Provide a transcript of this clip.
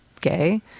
gay